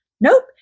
Nope